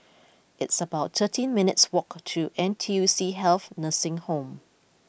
it's about thirteen minutes' walk to N T U C Health Nursing Home